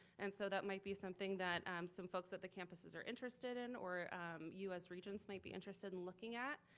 and so that might be something that some folks at the campuses are interested in, or you as regents might be interested in looking at.